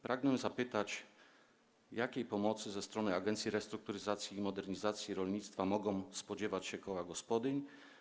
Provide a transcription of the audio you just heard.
Pragnę zapytać: Jakiej pomocy ze strony Agencji Restrukturyzacji i Modernizacji Rolnictwa mogą spodziewać się koła gospodyń?